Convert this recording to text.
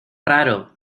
raro